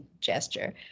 gesture